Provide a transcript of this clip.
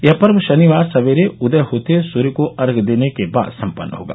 यह पर्व शनिवार सवेरे उदय होते सूर्य को अर्घ्य देने के बाद संपन्न होगा